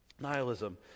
Nihilism